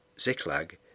Ziklag